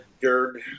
dirt